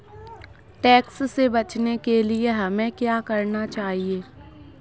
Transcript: Tax से बचने के लिए हमें क्या करना चाहिए?